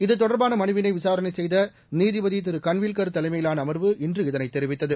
இது தொடர்பான மனுவினை விசாரனை செய்த நீதிபதி திரு கன்வில்கள் தலைமையிலான அமர்வு இன்று இதனை தெரிவித்தது